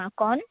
हाँ कौन